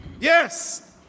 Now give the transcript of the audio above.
yes